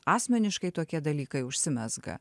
asmeniškai tokie dalykai užsimezga